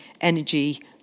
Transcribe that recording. energy